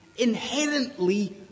inherently